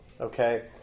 Okay